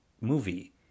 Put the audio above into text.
movie